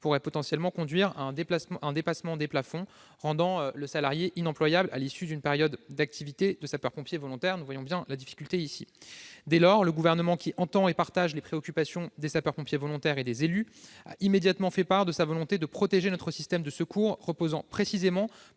pourrait potentiellement conduire à un dépassement des plafonds, rendant le salarié inemployable à l'issue d'une période d'activité de sapeur-pompier volontaire. Dès lors, le Gouvernement, qui entend et partage la préoccupation des sapeurs-pompiers volontaires et des élus, a immédiatement fait part de sa volonté de protéger notre système de secours, qui repose précisément,